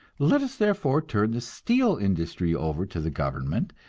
let us therefore turn the steel industry over to the government,